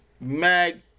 Mag